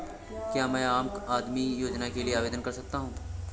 क्या मैं आम आदमी योजना के लिए आवेदन कर सकता हूँ?